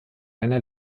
einer